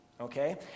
okay